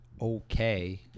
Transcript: okay